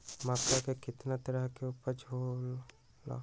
मक्का के कितना तरह के उपज हो ला?